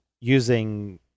using